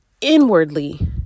inwardly